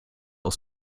aus